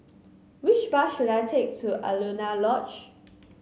which bus should I take to Alaunia Lodge